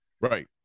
right